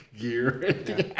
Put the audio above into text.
gear